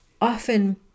Often